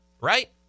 Right